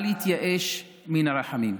אל יתייאש מן הרחמים.